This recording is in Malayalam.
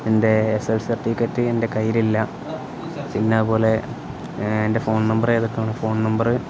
എൻ്റെ എസ് എൽ സർഫിക്കറ്റ് എൻ്റെ കയ്യിലില്ല പിന്നെ അതുപോലെ എൻ്റെ ഫോൺ നമ്പർ ഏതൊക്കെയാണ് ഫോൺ നമ്പര്